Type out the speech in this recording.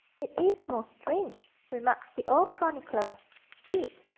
it is most strange, remarks the old chronicler, speed,